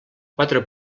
quatre